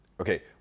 Okay